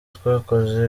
twakoze